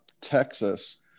Texas